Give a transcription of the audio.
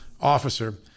officer